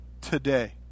today